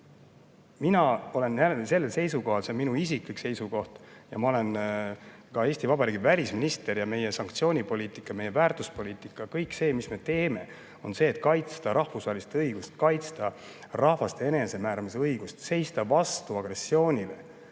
Mina olen seisukohal – see on minu isiklik seisukoht, aga ma olen ka Eesti Vabariigi välisminister –, et meie sanktsioonipoliitika, meie väärtuspoliitika, kõige selle, mis me teeme, eesmärk on kaitsta rahvusvahelist õigust, kaitsta rahvaste enesemääramise õigust, seista vastu agressioonile.